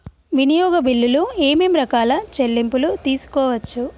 వినియోగ బిల్లులు ఏమేం రకాల చెల్లింపులు తీసుకోవచ్చు?